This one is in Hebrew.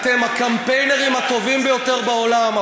אתם הקמפיינרים הטובים ביותר בעולם.